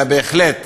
אלא בהחלט